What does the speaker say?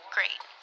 great